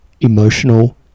emotional